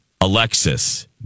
Alexis